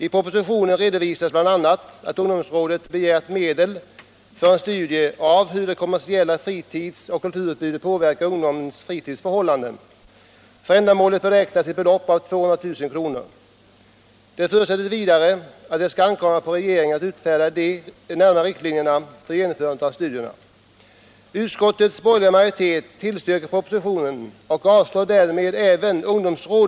I propositionen redovisas bl.a. att ungdomsrådet begärt medel för en studie av hur det kommersiella fritids och kulturutbudet påverkar ungdomens fritidsförhållanden. För ändamålet beräknas ett belopp av 200 000 kr. Det förutsätts vidare att det skall ankomma på regeringen att utfärda de närmare riktlinjerna för genomförandet av studierna.